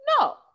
No